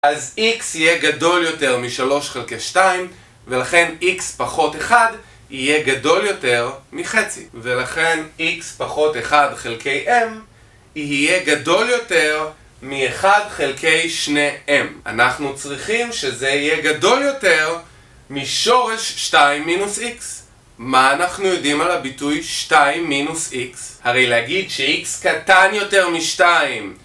אז x יהיה גדול יותר מ3 חלקי 2, ולכן x פחות 1 יהיה גדול יותר מחצי. ולכן x פחות 1 חלקי m יהיה גדול יותר מ1 חלקי 2m. אנחנו צריכים שזה יהיה גדול יותר משורש 2 מינוס x. מה אנחנו יודעים על הביטוי 2 מינוס x? הרי להגיד שx קטן יותר מ-2.